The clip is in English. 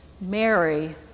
Mary